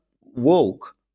woke